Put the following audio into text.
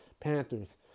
Panthers